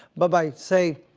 but by, say,